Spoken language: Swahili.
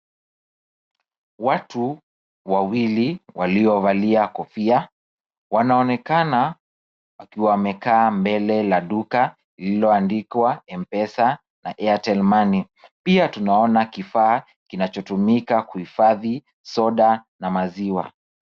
Watu wawili waliovalia kofia wanaonekana wakiwa wamekaa mbele la duka lililoandikwa M-pesa na Airtel Money . Pia tunaona kifaa kinachotumika kuhifadhi soda na maziwa.